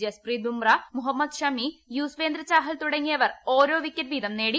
ജസ്പ്രീത് ബുംറ മുഹമ്മദ് ഷമി യുസ്വേന്ദ്ര ചാഹൽ തുടങ്ങിയവർ ഓരോ വിക്കറ്റ് വീതം നേടി